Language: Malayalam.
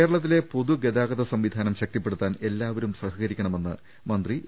കേരളത്തിലെ പൊതുഗതാഗത സംവിധാനം ശക്തിപ്പെടുത്താൻ എല്ലാവരും സഹകരിക്കണമെന്ന് മന്ത്രി എ